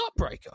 heartbreaker